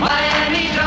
Miami